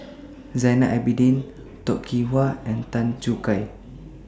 Zainal Abidin Toh Kim Hwa and Tan Choo Kai